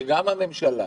שגם הממשלה,